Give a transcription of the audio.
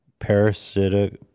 Parasitic